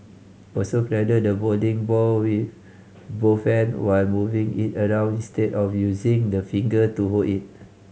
also cradle the bowling ball with both hand while moving it around instead of using the finger to hold it